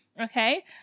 Okay